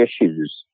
issues